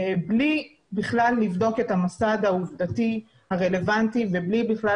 בלי בכלל לבדוק את המסד העובדתי הרלוונטי ובלי בכלל